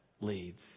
leads